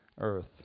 earth